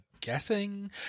guessing